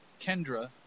Kendra